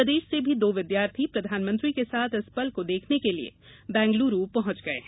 प्रदेश से भी दो विद्यार्थी प्रधानमंत्री के साथ इस पल को देखने के लिए बैंगलुरू पहुॅच गये हैं